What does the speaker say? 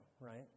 right